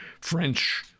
French